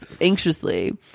anxiously